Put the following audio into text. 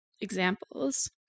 examples